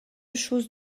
chose